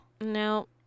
No